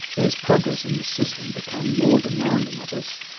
as progress in the system became more demanding of us,